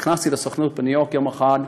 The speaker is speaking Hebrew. נכנסתי לסוכנות בניו יורק יום אחד,